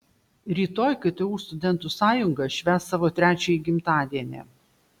rytoj ktu studentų sąjunga švęs savo trečiąjį gimtadienį